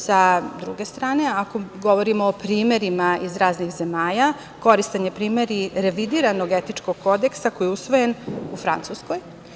S druge strane, ako govorimo o primerima iz raznih zemalja, koristan je primer i revidiran Etičkog kodeksa, koji je usvojen u Francuskoj.